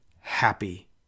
happy